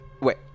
Wait